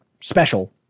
special